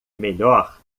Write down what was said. melhor